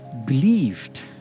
believed